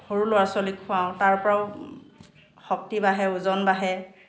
সৰু ল'ৰা ছোৱালীক খোৱাওঁ তাৰ পৰাও শক্তি বাঢ়ে ওজন বাঢ়ে